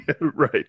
Right